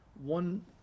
one